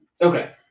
Okay